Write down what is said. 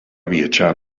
viatjar